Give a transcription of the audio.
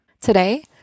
Today